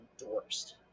endorsed